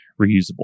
reusable